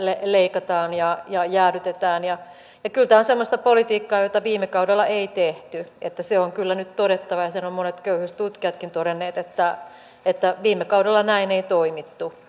leikataan ja ja jäädytetään kyllä tämä on semmoista politiikkaa jota viime kaudella ei tehty se on kyllä nyt todettava ja sen ovat monet köyhyystutkijatkin todenneet että että viime kaudella näin ei toimittu